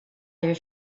their